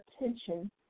attention